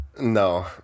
No